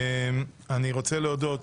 אני רוצה להודות